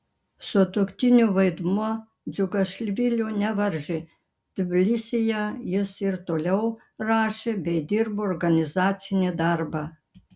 sutuoktinio vaidmuo džiugašvilio nevaržė tbilisyje jis ir toliau rašė bei dirbo organizacinį darbą